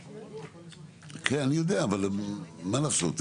לא, לא הנושא החדש, אלא נושא שתכף תשמע.